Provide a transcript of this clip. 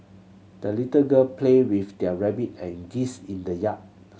the little girl played with their rabbit and geese in the yard